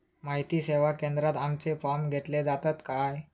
माहिती सेवा केंद्रात आमचे फॉर्म घेतले जातात काय?